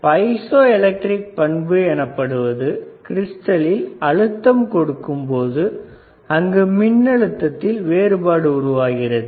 piezo electric பண்பு எனப்படுவது கிறிஸ்டலில் அழுத்தம் கொடுக்கும்போது அங்கு மின் அழுத்தத்தில் வேறுபாடு உருவாகிறது